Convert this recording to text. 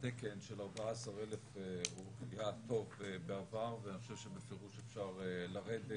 שהתקן של 14,000 הוא היה טוב בעבר ואני חושב שבפירוש אפשר לרדת.